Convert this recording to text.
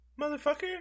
motherfucker